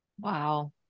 Wow